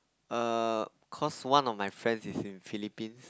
err cause one of my friend is in Philippines